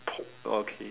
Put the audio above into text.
okay